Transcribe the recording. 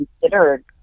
considered